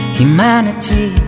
humanity